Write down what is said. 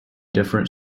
different